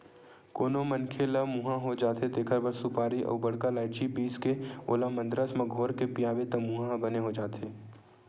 कोनो मनखे ल मुंहा हो जाथे तेखर बर सुपारी अउ बड़का लायची पीसके ओला मंदरस म घोरके पियाबे त मुंहा ह बने हो जाथे